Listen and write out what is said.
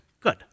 good